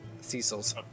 Cecil's